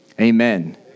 amen